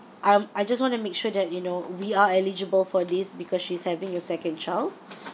I'm I just want to make sure that you know we are eligible for this because she's having a second child